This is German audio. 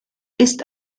ist